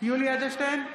יולי יואל אדלשטיין,